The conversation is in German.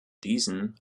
diesem